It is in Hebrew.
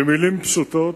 במלים פשוטות,